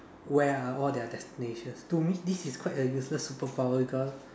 where are all their destinations to me this is quite a useless superpower because